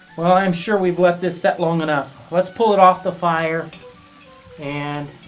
we'll i'm sure we've left this set long enough. let's pull it off the fire and